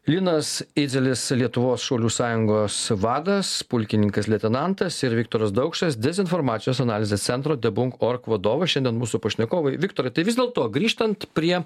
linas idzelis lietuvos šaulių sąjungos vadas pulkininkas leitenantas ir viktoras daukšas dezinformacijos analizės centro debunk ork vadovas šiandien mūsų pašnekovai viktorui tai vis dėlto grįžtant prie